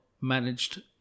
managed